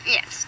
Yes